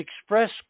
Express